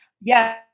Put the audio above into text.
Yes